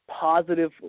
positive